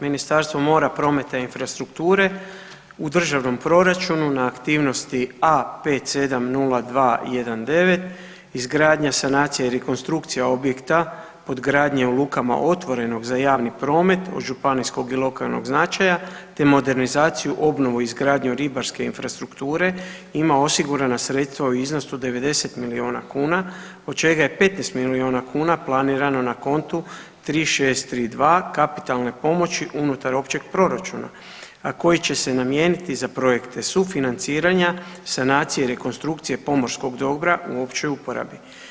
Ministarstvo mora, prometa i infrastrukture u državnom proračunu na aktivnosti A 570219, izgradnja sanacije i rekonstrukcije objekta pod gradnjom lukama otvorenog za javni prometa od županijskog i lokalnog značaja te modernizaciju, obnovu i izgradnju ribarske infrastrukture ima osigurana sredstva u iznosu 90 milijuna kuna, od čega je 15 milijuna planirano na kontu 3632 kapitalne pomoći unutar općeg proračuna koji će se namijeniti za projekte sufinanciranja, sanacije i rekonstrukcije pomorskog dobra u općoj uporabi.